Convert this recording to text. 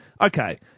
okay